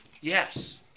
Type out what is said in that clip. Yes